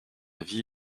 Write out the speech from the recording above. vie